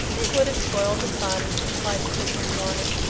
it would have spoiled the fun, replied the kitten, yawning.